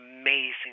amazing